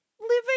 living